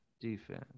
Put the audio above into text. defense